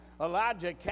Elijah